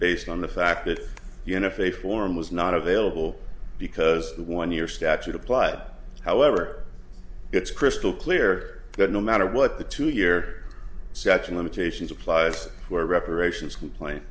based on the fact that uniface form was not available because the one year statute applied however it's crystal clear that no matter what the two year sachin limitations applies to a reparations complain